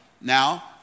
now